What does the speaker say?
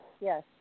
yes